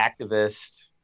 activist